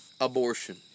abortion